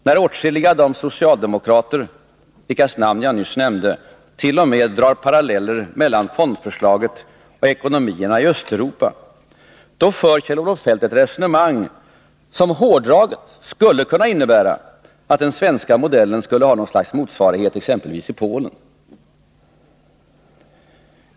När åtskilliga av de socialdemokrater vilkas namn jag nyss nämndet.o.m. drar en parallell mellan fondförslaget och ekonomierna i Östeuropa för Kjell-Olof Feldt ett resonemang, som hårdraget skulle kunna innebära att den svenska modellen skulle ha något slags motsvarighet exempelvis i Polen.